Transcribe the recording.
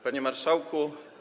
Panie Marszałku!